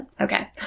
Okay